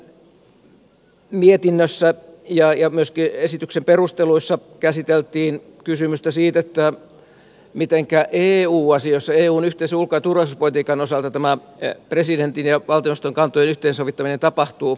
perustuslain mietinnössä ja myöskin esityksen perusteluissa käsiteltiin kysymystä siitä mitenkä eu asioissa eun yhteisen ulko ja turvallisuuspolitiikan osalta tämä presidentin ja valtioneuvoston kantojen yhteensovittaminen tapahtuu